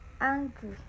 angry